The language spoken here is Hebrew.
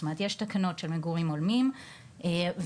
זאת אומרת יש תקנות של מגורים הולמים וממה